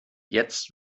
jetzt